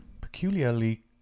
peculiarly